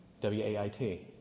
W-A-I-T